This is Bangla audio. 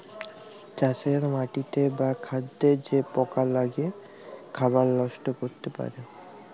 চাষের মাটিতে বা খাদ্যে যে পকা লেগে খাবার লষ্ট ক্যরতে পারে